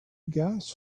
gas